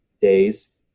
days